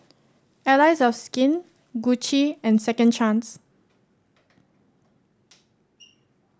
Allies of Skin Gucci and Second Chance